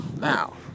Now